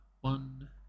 one